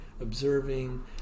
observing